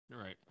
Right